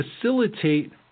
facilitate